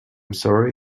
sorry